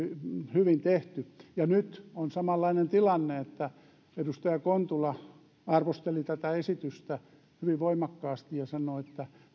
hyvin tehty nyt on samanlainen tilanne kun edustaja kontula arvosteli tätä esitystä hyvin voimakkaasti ja sanoi että